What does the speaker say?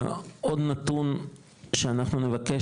עוד נתון שאנחנו נבקש,